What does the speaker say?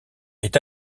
est